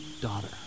daughter